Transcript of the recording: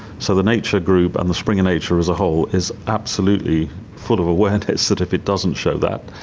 so the nature group and springer nature as a whole is absolutely full of awareness that if it doesn't show that,